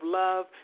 love